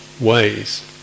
ways